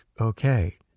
okay